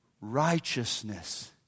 Righteousness